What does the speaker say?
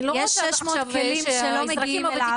יש 600 כלים שלא מגיעים אליו -- אני לא רוצה עכשיו